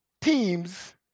Teams